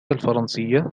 الفرنسية